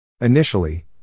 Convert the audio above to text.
Initially